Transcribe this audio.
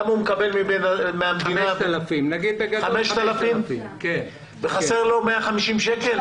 בגדול נגיד 5,000. וחסרים לו 150 שקלים?